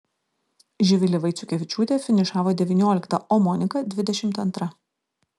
živilė vaiciukevičiūtė finišavo devyniolikta o monika dvidešimt antra